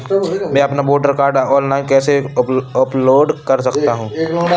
मैं अपना voter card online कैसे अपलोड कर सकता हूँ?